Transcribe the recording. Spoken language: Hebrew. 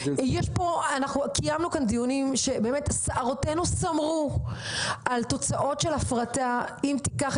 אנחנו קיימנו כאן דיונים ששערותינו סמרו מהתוצאות של הפרטות שונות.